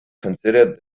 considered